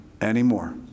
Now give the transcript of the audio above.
Anymore